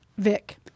Vic